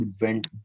went